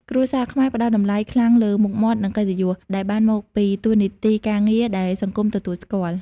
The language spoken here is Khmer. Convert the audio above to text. គ្រួសារខ្មែរផ្តល់តម្លៃខ្លាំងលើ "មុខមាត់" និង "កិត្តិយស" ដែលបានមកពីតួនាទីការងារដែលសង្គមទទួលស្គាល់។